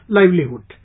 livelihood